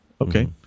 Okay